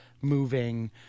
moving